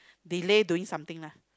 delay doing something lah